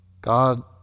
God